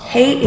Hey